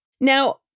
Now